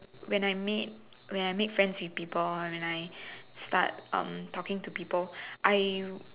when I make when I make friends with people or when I start talking to people I